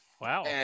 Wow